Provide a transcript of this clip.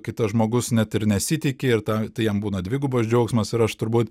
kitas žmogus net ir nesitiki ir tą tai jam būna dvigubas džiaugsmas ir aš turbūt